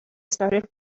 started